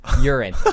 urine